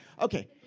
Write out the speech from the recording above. Okay